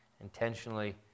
Intentionally